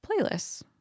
playlists